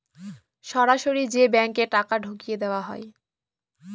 সরাসরি যে ব্যাঙ্কে টাকা ঢুকিয়ে দেওয়া হয়